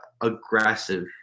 aggressive